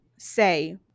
say